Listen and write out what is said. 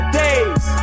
days